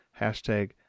hashtag